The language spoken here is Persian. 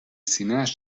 سینهاش